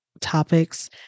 topics